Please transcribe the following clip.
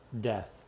death